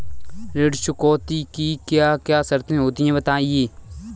ऋण चुकौती की क्या क्या शर्तें होती हैं बताएँ?